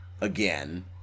again